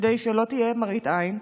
כדי שלא תהיה מראית עין,